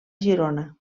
girona